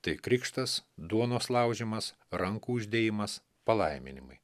tai krikštas duonos laužymas rankų uždėjimas palaiminimai